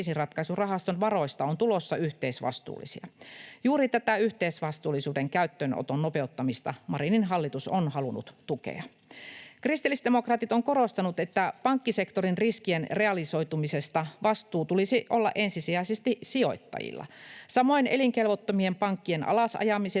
varoista on tulossa yhteisvastuullisia. Juuri tätä yhteisvastuullisuuden käyttöönoton nopeuttamista Marinin hallitus on halunnut tukea. Kristillisdemokraatit ovat korostaneet, että pankkisektorin riskien realisoitumisesta vastuu tulisi olla ensisijaisesti sijoittajilla, samoin elinkelvottomien pankkien alasajamiset